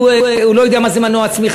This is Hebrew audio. הוא לא יודע מה זה מנוע צמיחה,